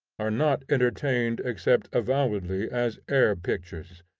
are not entertained except avowedly as air-pictures.